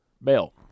Bell